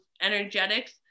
energetics